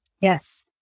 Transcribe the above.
Yes